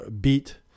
beat